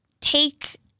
take